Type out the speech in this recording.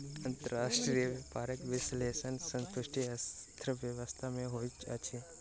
अंतर्राष्ट्रीय व्यापारक विश्लेषण समष्टि अर्थशास्त्र में होइत अछि